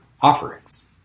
offerings